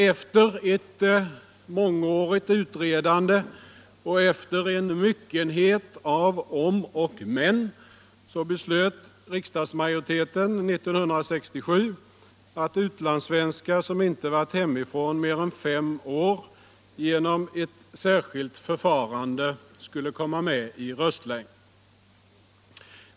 Efter ett mångårigt utredande och efter en myckenhet av om och men beslöt riksdagsmajoriteten 1967 att utlandssvenskar, som inte varit hemifrån mer än fem år, genom ett särskilt förfarande skulle komma med i röstlängd.